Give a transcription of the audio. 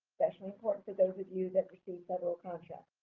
especially important for those of you that receive federal contracts.